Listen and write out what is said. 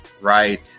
Right